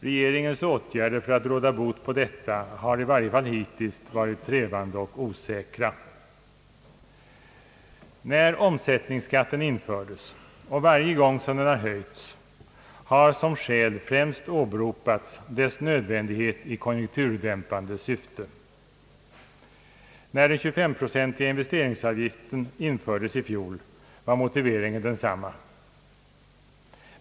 Regeringens åtgärder för att råda bot på detta förhållande har i varje fall hittills varit trevande och Allmänpolitisk debatt osäkra. När omsättningsskatten infördes — och varje gång som den har höjts — åberopades främst dess nödvändighet i konjunkturdämpande syfte. När den 25 procentiga investeringsavgiften infördes i fjol var motiveringen densamma.